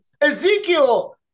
Ezekiel